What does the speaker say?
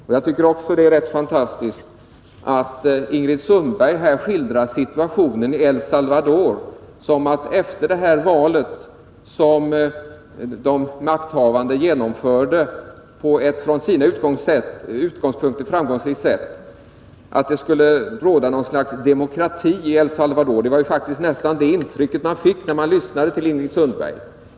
Det är också fantastiskt att Ingrid Sundberg skildrar situationen i El Salvador så, att det efter det val som de makthavande genomförde på ett från sina utgångspunkter framgångsrikt sätt skulle råda något slags demokrati i El Salvador. Det var det intrycket man fick när man lyssnade till Ingrid Sundberg.